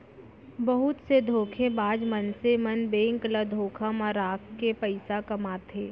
बहुत से धोखेबाज मनसे मन बेंक ल धोखा म राखके पइसा कमाथे